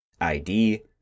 ID